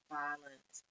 violence